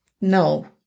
No